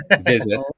visit